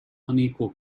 unequal